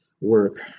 work